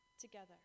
together